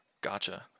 Gotcha